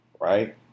right